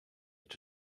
left